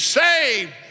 saved